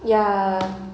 ya